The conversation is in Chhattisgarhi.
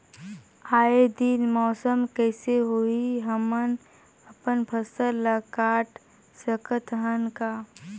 आय दिन मौसम कइसे होही, हमन अपन फसल ल काट सकत हन का?